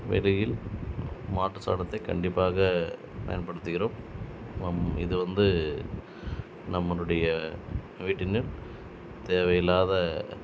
வெளியில் மாட்டு சாணத்தை கண்டிப்பாக பயன்படுத்துகிறோம் இது வந்து நம்மளுடைய வீட்டின் தேவை இல்லாத